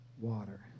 water